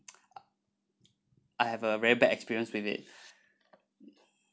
I have a very bad experience with it